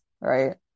right